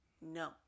no